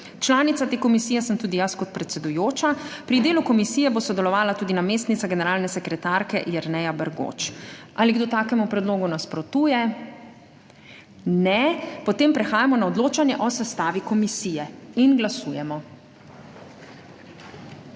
Članica te komisije sem tudi jaz kot predsedujoča. Pri delu komisije bo sodelovala tudi namestnica generalne sekretarke Jerneja Bergoč. Ali kdo takemu predlogu nasprotuje? Ne. Potem prehajamo na odločanje o sestavi komisije. Glasujemo.